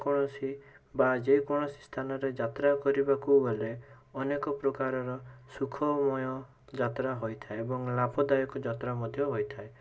କୌଣସି ବା ଯେକୌଣସି ସ୍ଥାନରେ ଯାତ୍ରା କରିବାକୁ ଗଲେ ଅନେକ ପ୍ରକାରର ସୁଖମୟ ଯାତ୍ରା ହୋଇଥାଏ ଏବଂ ଲାଭଦାୟକ ଯାତ୍ରା ମଧ୍ୟ ହୋଇଥାଏ